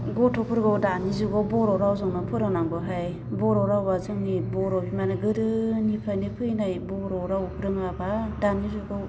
गथ'फोरखौ दानि जुगाव बर' रावजोंनो फोरोंनांगौहाय बर' रावआ जोंनि बर' बिमानो गोदोनिफ्रायनो फैनाय बर' राव रोङाबा दानि जुगआव